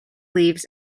leaves